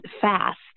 fast